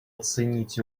оценить